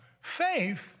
Faith